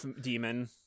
demon